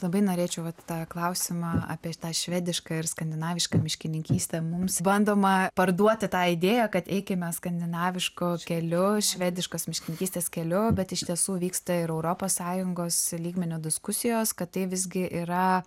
labai norėčiau vat į tą klausimą apie tą švedišką ir skandinavišką miškininkystę mums bandoma parduoti tą idėją kad eikime skandinavišku keliu švediškos miškininkystės keliu bet iš tiesų vyksta ir europos sąjungos lygmeniu diskusijos kad tai visgi yra